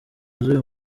z’uyu